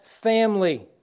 family